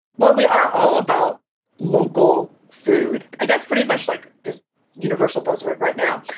well, we are all about local food. like that's pretty much like the universal buzzword right now.